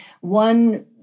one